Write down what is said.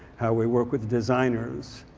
how we work with designers.